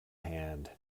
hand